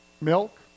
milk